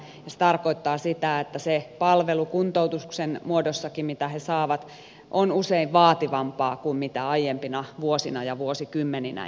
se tarkoittaa sitä että kuntoutuksen muodossakin se palvelu mitä he saavat on usein vaativampaa kuin aiempina vuosina ja vuosikymmeninä